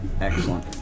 excellent